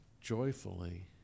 joyfully